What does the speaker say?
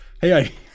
hey